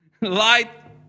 Light